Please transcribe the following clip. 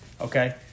Okay